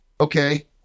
okay